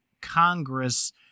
Congress